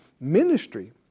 ministry